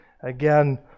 again